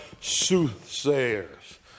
soothsayers